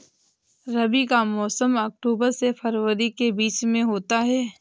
रबी का मौसम अक्टूबर से फरवरी के बीच में होता है